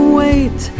wait